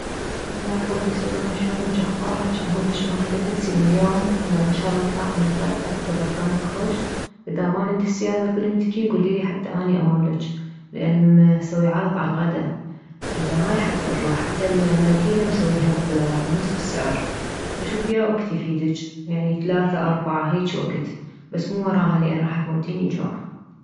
هلاو حبي سرى شلونج اخبارج اكلج باعي لاتنسين اليوم ان شالله نطلع نتغدى بتوب اوركانك خوش اذا ما عندج سيارة ما تكدرين تجين كليلي حتى اني امرلج لان مسوي عرض عالغدة اذا هاي حتى نروح حتى النركيلة مسويها بنص السعر فشوفي يا وكت يفيدج يعني ثلاثة اربعة هيج وكت بس مو وراها لان راح تموتيني جوع